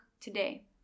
today